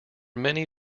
may